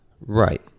Right